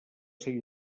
seva